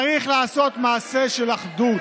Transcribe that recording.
צריך לעשות מעשה של אחדות,